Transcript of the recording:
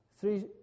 three